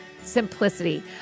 Simplicity